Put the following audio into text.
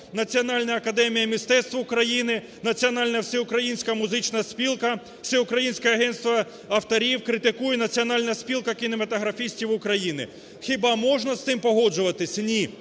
Національна академія мистецтв України, Національна всеукраїнська музична спілка, Всеукраїнське агентство авторів, критикує Національна спілка кінематографістів України. Хіба можна з цим погоджуватись? Ні.